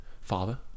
Father